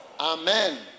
Amen